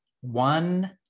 one